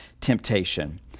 temptation